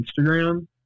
Instagram